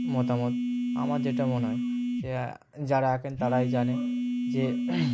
মতামত আমার যেটা মনে হয় যে যারা আঁকেন তারাই জানে যে